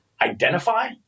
identify